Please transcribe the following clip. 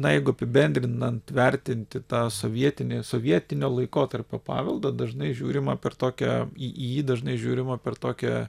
na jeigu apibendrinant vertinti tą sovietinį sovietinio laikotarpio paveldą dažnai žiūrima per tokią į jį dažnai žiūrima per tokią